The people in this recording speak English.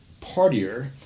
partier